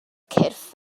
cyrff